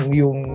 yung